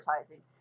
advertising